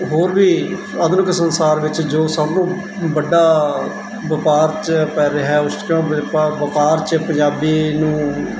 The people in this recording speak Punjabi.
ਹੋਰ ਵੀ ਆਧੁਨਿਕ ਸੰਸਾਰ ਵਿੱਚ ਜੋ ਸਭ ਨੂੰ ਵੱਡਾ ਵਪਾਰ 'ਚ ਪੈ ਰਿਹਾ ਵਪਾਰ 'ਚ ਪੰਜਾਬੀ ਨੂੰ